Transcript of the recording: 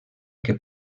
que